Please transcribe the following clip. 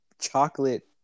Chocolate